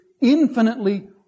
infinitely